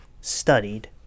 studied